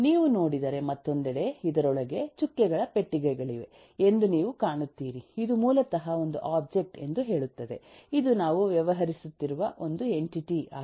ನೀವು ನೋಡಿದರೆ ಮತ್ತೊಂದೆಡೆ ಇದರೊಳಗೆ ಚುಕ್ಕೆಗಳ ಪೆಟ್ಟಿಗೆಗಳಿವೆ ಎಂದು ನೀವು ಕಾಣುತ್ತೀರಿ ಇದು ಮೂಲತಃ ಒಂದು ಒಬ್ಜೆಕ್ಟ್ ಎಂದು ಹೇಳುತ್ತದೆಇದು ನಾವು ವ್ಯವಹರಿಸುತ್ತಿರುವ ಒಂದು ಎಂಟಿಟಿ ಆಗಿರುತ್ತದೆ